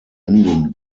enden